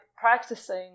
practicing